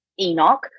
Enoch